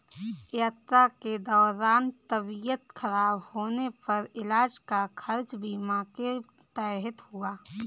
यात्रा के दौरान तबियत खराब होने पर इलाज का खर्च बीमा के तहत हुआ